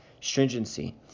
stringency